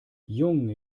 junge